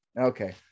okay